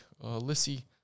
Lissy